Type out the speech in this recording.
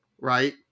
right